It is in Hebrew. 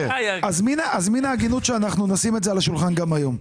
מן ההגינות שנשים את זה על השולחן גם היום.